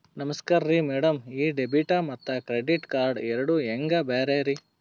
ನಮಸ್ಕಾರ್ರಿ ಮ್ಯಾಡಂ ಈ ಡೆಬಿಟ ಮತ್ತ ಕ್ರೆಡಿಟ್ ಕಾರ್ಡ್ ಎರಡೂ ಹೆಂಗ ಬ್ಯಾರೆ ರಿ?